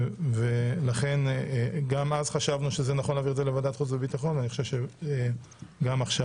גם אז חשבנו שנכון להעביר את זה לוועדת חוץ וביטחון - וגם היום.